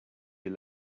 you